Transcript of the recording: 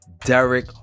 Derek